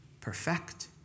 perfect